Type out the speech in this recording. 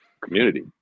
community